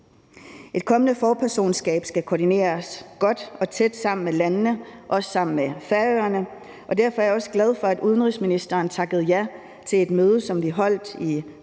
Et kommende forpersonskab skal koordineres godt og tæt sammen med landene, også sammen med Færøerne, og derfor er jeg også glad for, at udenrigsministeren takkede ja til et møde, som vi holdt i